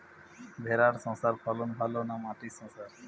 ভেরার শশার ফলন ভালো না মাটির শশার?